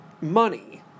money